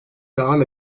devam